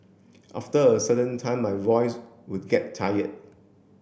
after a certain time my voice would get tired